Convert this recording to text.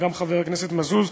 וגם חבר הכנסת מזוז,